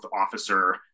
officer